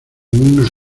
una